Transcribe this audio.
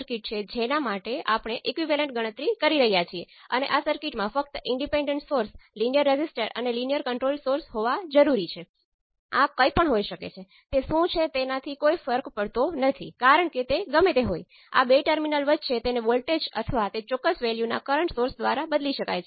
matrix એ Z મેટ્રિક્સનો inverse છે તે અનંત છે